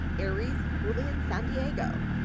aires julien san diego,